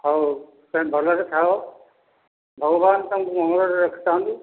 ହଉ ତୁମେ ଭଲରେ ଥାଅ ଭଗବାନ ତୁମକୁ ମଙ୍ଗଳରେ ରଖିଥାନ୍ତୁ